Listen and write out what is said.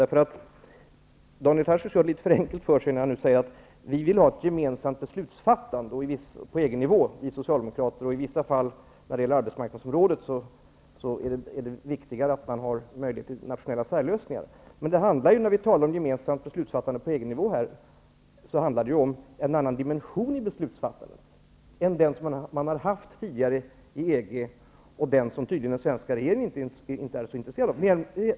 Daniel Tarschys gör det litet för enkelt för sig när han säger att Socialdemokaterna vill ha ett gemensamt beslutsfattande på EG-nivå och att det när det t.ex. gäller arbetsmarknadsområdet är viktigare att man har möjlighet till nationella särlösningar. När vi talar om gemensamt beslutsfattande på EG-nivå handlar det om en annan dimension i beslutsfattandet än den som man tidigare har haft i EG och som den svenska regeringen tydligen inte är så intresserad av.